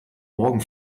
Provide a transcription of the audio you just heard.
morgen